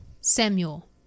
Samuel